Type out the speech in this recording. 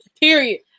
Period